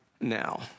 now